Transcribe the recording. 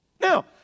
Now